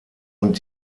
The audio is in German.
und